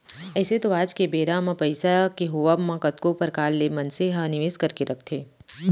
अइसे तो आज के बेरा म पइसा के होवब म कतको परकार ले मनसे ह निवेस करके रखथे